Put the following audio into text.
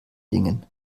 dingen